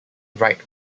write